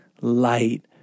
light